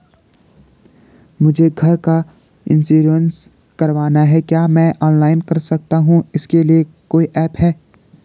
मुझे घर का इन्श्योरेंस करवाना है क्या मैं ऑनलाइन कर सकता हूँ इसके लिए कोई ऐप है?